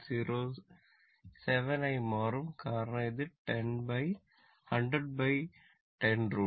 07 ആയി മാറും കാരണം ഇത് 10010 √ 2